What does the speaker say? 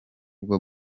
bwo